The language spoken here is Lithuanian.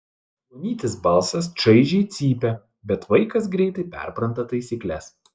plonytis balsas šaižiai cypia bet vaikas greitai perpranta taisykles